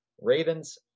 Ravens